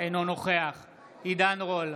אינו נוכח עידן רול,